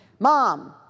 Mom